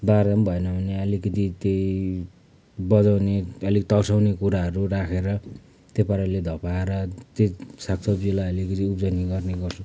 बारेर पनि भएन भने अलिकति त्यही बजाउने अलिक तर्साउने कुराहरू राखेर त्यो पाराले धपाएर त्यो साग सब्जीलाई अलिकति उब्जनी गर्ने गर्छु